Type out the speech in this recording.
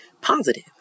positive